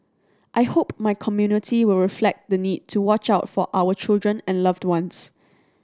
I hope my community will reflect the need to watch out for our children and loved ones